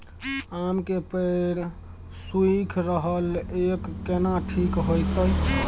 आम के पेड़ सुइख रहल एछ केना ठीक होतय?